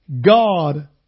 God